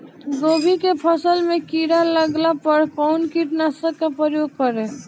गोभी के फसल मे किड़ा लागला पर कउन कीटनाशक का प्रयोग करे?